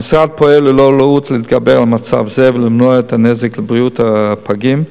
המשרד פועל ללא לאות להתגבר על מצב זה ולמנוע את הנזק לבריאות הפגים,